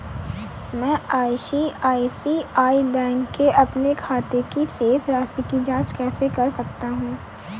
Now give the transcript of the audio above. मैं ICICI bank के अपने खाते की शेष राशि की जाँच कैसे कर सकता हूँ?